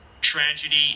tragedy